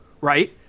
right